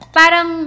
parang